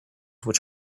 which